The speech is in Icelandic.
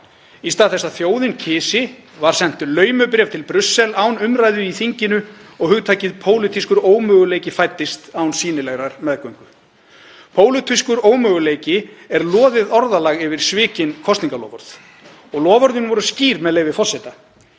Í stað þess að þjóðin kysi var sent laumubréf til Brussel, án umræðu í þinginu, og hugtakið pólitískur ómöguleiki fæddist án sýnilegrar meðgöngu. Pólitískur ómöguleiki er loðið orðalag yfir svikin kosningaloforð. Og loforðin voru skýr, með leyfi forseta: